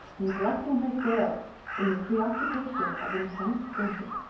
neglecting her sales in the preoccupation of intense thinking.